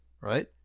right